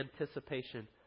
anticipation